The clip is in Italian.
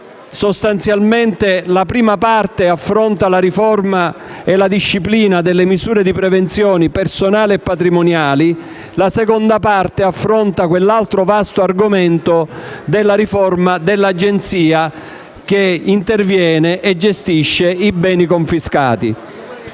Sostanzialmente, la prima parte affronta la riforma e la disciplina delle misure di prevenzione personali e patrimoniali; la seconda parte affronta l'altro vasto argomento della riforma dell'Agenzia che interviene e gestisce i beni confiscati.